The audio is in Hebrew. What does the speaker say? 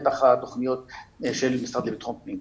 בטח התוכניות של המשרד לביטחון פנים.